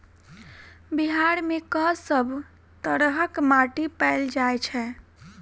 बिहार मे कऽ सब तरहक माटि पैल जाय छै?